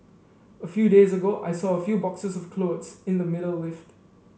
a few days ago I saw a few boxes of clothes in the middle lift